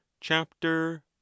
chapter